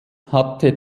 hatte